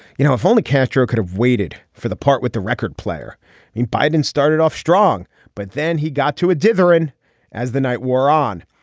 you know if only castro could have waited for the part with the record player in biden started off strong but then he got to a dithering as the night wore on.